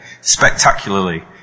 spectacularly